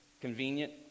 convenient